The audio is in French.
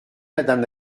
madame